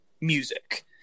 music